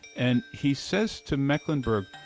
and he says to mecklenburg,